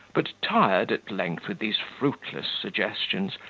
but tired, at length, with these fruitless suggestions,